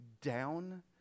down